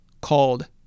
called